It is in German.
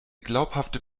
glaubhafte